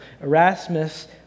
Erasmus